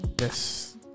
Yes